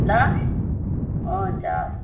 ल हुन्छ